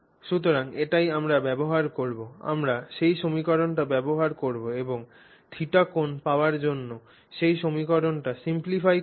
সুতরাং এটিই আমরা ব্যবহার করব আমরা সেই সমীকরণটি ব্যবহার করব এবং θ কোণ পাওয়ার জন্য সেই সমীকরণটি সিমপ্লিফাই করব